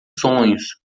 sonhos